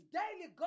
daily